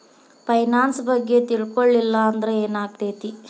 Finance ಬಗ್ಗೆ ತಿಳ್ಕೊಳಿಲ್ಲಂದ್ರ ಏನಾಗ್ತೆತಿ?